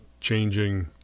changing